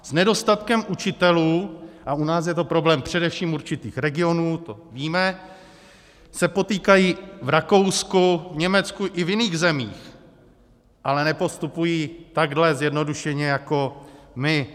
S nedostatkem učitelů, a u nás je to problém především určitých regionů, to víme, se potýkají v Rakousku, v Německu i v jiných zemích, ale nepostupují takhle zjednodušeně jako my.